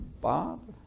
Bob